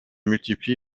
multiplie